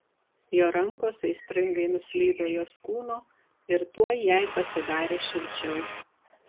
jo rankos aistringai nuslydo jos kūnu ir tuoj jai pasidarė šilčiau